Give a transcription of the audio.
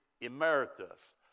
emeritus